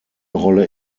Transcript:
rolle